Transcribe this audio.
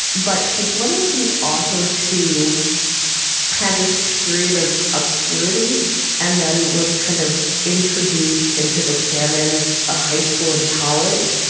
but she's one of these authors who had this period of obscurity and then was kind of introduced into the canon of high school and college.